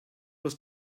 was